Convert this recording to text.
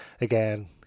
again